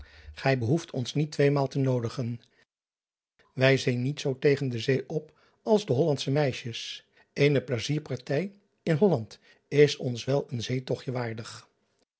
gij behoeft ons niet tweemaal te noodigen ij zien zoo niet tegen de zee op als de ollandsche meisjes ene plaisierpartij in olland is ons wel een zeetogtje waardig